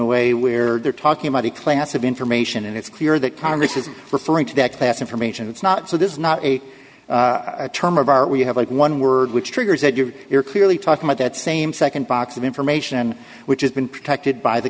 a way where they're talking about a class of information and it's clear that congress is referring to the act passed information it's not so this is not a term of art we have like one word which triggers that you are clearly talking about that same second box of information which has been protected by the